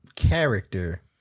character